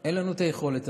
אין לנו את היכולת הזאת.